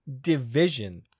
division